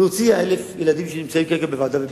להוציא 1,000 ילדים שנמצאים כרגע בוועדה ובדיון.